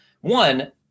one